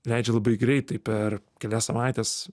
leidžia labai greitai per kelias savaites